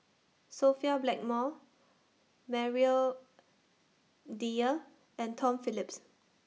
Sophia Blackmore Maria Dyer and Tom Phillips